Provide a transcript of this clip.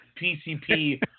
PCP